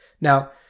Now